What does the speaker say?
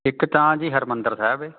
ਇੱਕ ਤਾਂ ਜੀ ਹਰਿਮੰਦਰ ਸਾਹਿਬ ਹੈ